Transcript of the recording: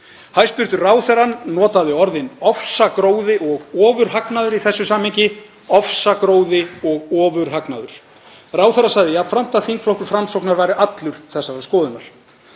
Hæstv. ráðherra notaði orðin ofsagróði og ofurhagnaður í þessu samhengi, ofsagróði og ofurhagnaður. Ráðherra sagði jafnframt að þingflokkur Framsóknar væri allur þessarar skoðunar.